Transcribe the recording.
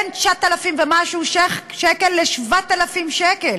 בין 9,000 ומשהו שקל ל-7,000 שקל.